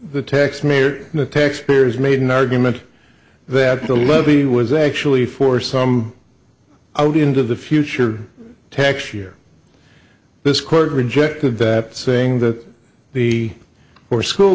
the tax mayor and the taxpayers made an argument that the levee was actually for some out into the future tax year this court rejected that saying that he or school